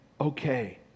okay